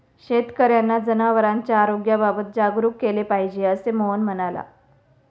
शेतकर्यांना जनावरांच्या आरोग्याबाबत जागरूक केले पाहिजे, असे मोहन म्हणाला